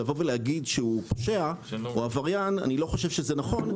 להגיד שהוא פושע או עבריין אני לא חושב שזה נכון.